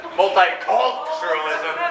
multiculturalism